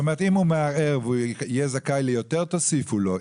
זאת אומרת אם הוא מערער והוא יהיה זכאי ליותר תוסיפו לו,